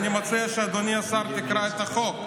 אני מציע, אדוני השר, שתקרא את החוק.